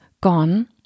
gone